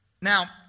Now